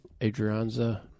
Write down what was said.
Adrianza